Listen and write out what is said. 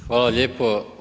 Hvala lijepo.